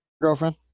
Girlfriend